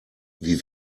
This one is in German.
wie